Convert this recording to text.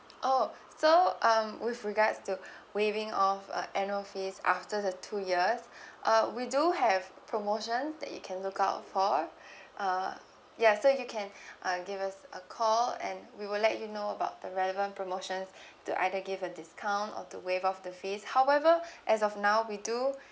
oh so um with regards to waiving off a annual fees after the two years uh we do have promotion that you can look out for uh ya so you can uh give us a call and we will let you know about the relevant promotions to either give a discount or to waive off the fees however as of now we do